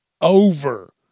over